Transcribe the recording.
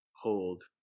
hold